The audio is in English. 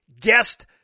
guest